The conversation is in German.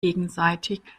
gegenseitig